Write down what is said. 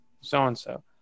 so-and-so